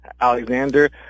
Alexander